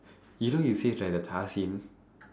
you know you save like the scene